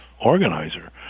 organizer